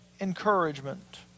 encouragement